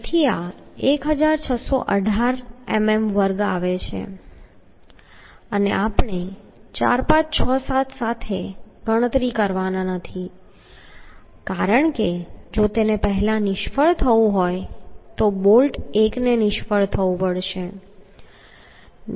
તેથી આ 1618 મીમી વર્ગ આવે છે અને આપણે 4 5 6 7 સાથે ગણતરી કરવાના નથી કારણ કે જો તેને પહેલા નિષ્ફળ થવું હોય તો બોલ્ટ 1 નિષ્ફળ થવું પડશે